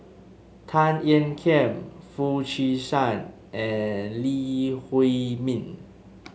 Tan Ean Kiam Foo Chee San and Lee Huei Min